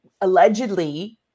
allegedly